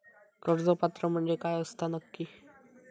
कर्ज पात्र म्हणजे काय असता नक्की?